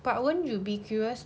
but won't you be curious